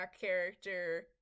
character